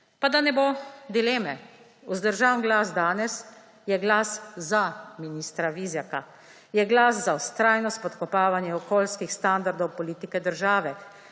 Pa da ne bo dileme, vzdržan glas danes je glas za ministra Vizjaka, je glas za vztrajno spodkopavanje okoljskih standardov politike države.